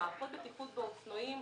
במערכות באופנועים,